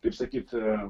kaip sakyt